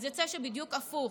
אז יוצא שבדיוק הפוך.